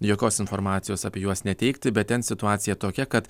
jokios informacijos apie juos neteikti bet ten situacija tokia kad